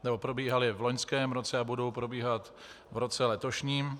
Nebo probíhaly v loňském roce a budou probíhat v roce letošním.